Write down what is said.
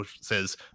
says